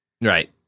Right